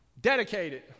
dedicated